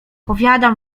powiadam